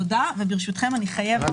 תודה, וברשותכם אני חייבת